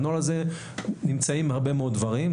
בנוהל הזה נמצאים הרבה מאוד דברים,